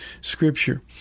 Scripture